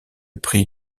prix